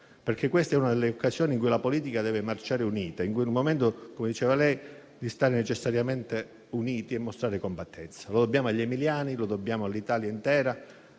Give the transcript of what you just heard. perché questa è una delle occasioni in cui la politica deve marciare unita, il momento - come diceva lei - di stare necessariamente uniti e mostrare compattezza. Lo dobbiamo agli emiliani e all'Italia intera,